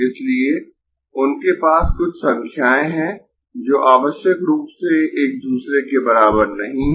इसलिए उनके पास कुछ संख्याएँ है जो आवश्यक रूप से एक दूसरे के बराबर नहीं है